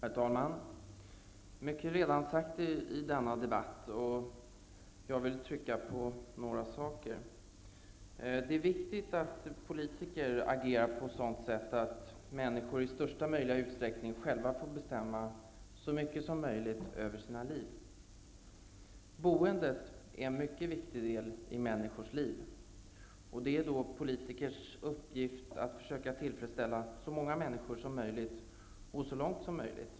Herr talman! Mycket är redan sagt i denna debatt. Jag vill trycka på några saker. Det är viktigt att politiker agerar på ett sådant sätt att människor i största möjliga utsträckning själva får bestämma så mycket som möjligt över sina liv. Boendet är en mycket viktig del i människors liv. Det är då politikers uppgift att försöka tillfredsställa önskemålen från så många människor som möjligt så långt som möjligt.